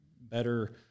better